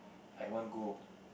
I want go